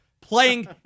playing